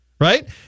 right